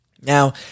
Now